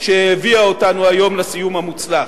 שהביאה אותנו היום לסיומה המוצלח.